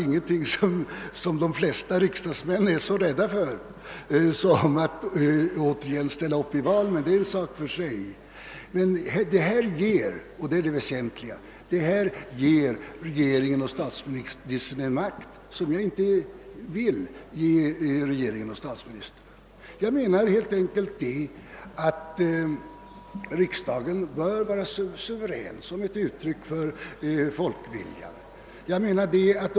— Regeringen och statsministern får genom den ordning jag reserverat mig mot en makt, som jag inte vill ge regeringen och statsministern. Jag menar helt enkelt att riksdagen, som ett uttryck för folkviljan, bör vara suverän.